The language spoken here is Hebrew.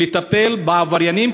לטפל בעבריינים,